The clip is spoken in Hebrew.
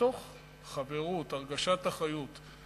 מתוך חברות, הרגשת אחריות.